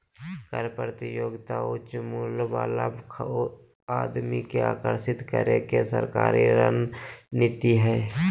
कर प्रतियोगिता उच्च मूल्य वाला आदमी के आकर्षित करे के सरकारी रणनीति हइ